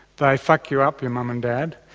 they fuck you up your mum and dad.